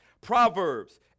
Proverbs